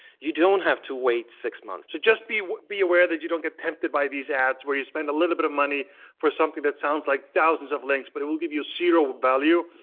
you don't have to wait six months. so just be be aware that you don't get tempted by these ads, where you spend a little bit of money for something that sounds like thousands of links, but it will give you zero value.